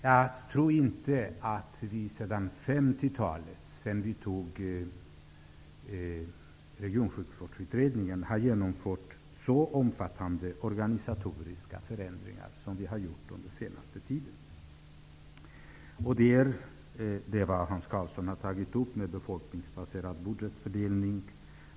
Jag tror inte att vi sedan 50 talet, när vi antog Regionsjukvårdsutredningens förslag, har genomfört så omfattande organisatoriska förändringar som vi har gjort under den senaste tiden. Hans Karlsson har tagit upp befolkningsbaserad budgetfördelning.